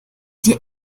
dir